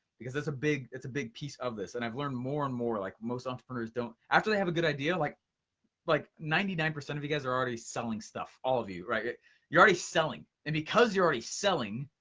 because that's a big, it's a big piece of this. and i've learned more and more, like most entrepreneur's don't. after they have a good idea, like like ninety nine percent of you guys are already selling stuff, all of you. you're already selling. and because you're already selling,